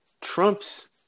Trump's